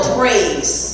praise